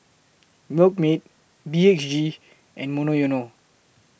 Milkmaid B H G and Monoyono